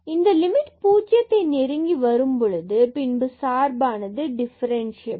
இந்த லிமிட் பூஜ்ஜியத்தை நெருங்கி வரும் பொழுது பின்பு சார்பானது டிஃபரன்ஸ்சியபில்